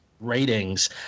Ratings